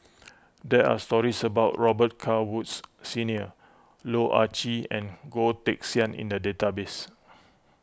there are stories about Robet Carr Woods Senior Loh Ah Chee and Goh Teck Sian in the database